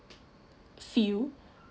few